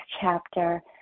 chapter